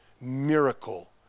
miracle